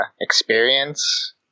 experience